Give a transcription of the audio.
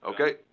Okay